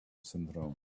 syndrome